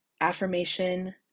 Affirmation